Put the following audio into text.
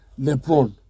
LeBron